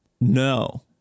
No